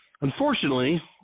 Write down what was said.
unfortunately